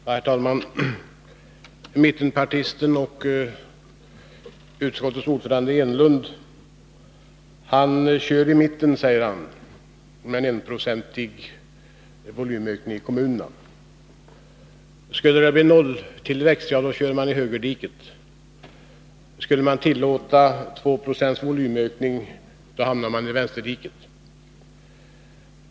Herr talman! Mittenpartisten och utskottsordföranden Eric Enlund kör i mitten, säger han, med en 1-procentig volymökning i kommunerna. Skulle det bli nolltillväxt, ja, då kör man i högerdiket. Och skulle man tillåta en 2-procents volymökning, hamnar man i vänsterdiket.